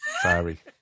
Sorry